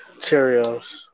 Cheerios